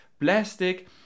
plastic